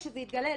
כשזה יתגלה,